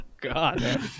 God